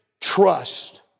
trust